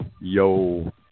yo